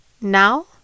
Now